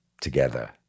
together